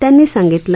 त्यांनी सांगितलं